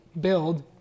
build